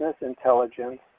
intelligence